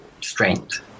strength